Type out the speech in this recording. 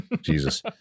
Jesus